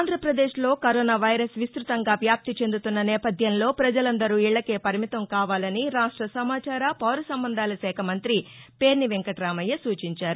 ఆంధ్రప్రదేశ్లో corona virus విస్తృతంగా వ్యాప్తి చెందుతున్న నేపధ్యంలో ప్రజలందరూ ఇళ్లకే పరిమితం కావాలని రాష్ట సమాచార పౌర సంబంధాల శాఖ మంతి పేర్ని వెంకటామయ్య సూచించారు